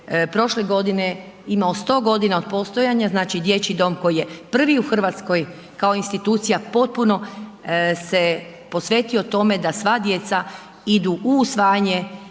prošle godine imao 100 g. od postojanja, znači dječji dom koji je prvi u Hrvatskoj kao institucija potpuno se posvetio tome da sva djeca idu u usvajanje